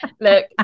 Look